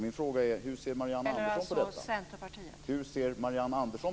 Min fråga är: Hur ser Marianne Andersson .